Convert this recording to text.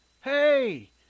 Hey